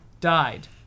Died